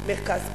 מרכז קניות.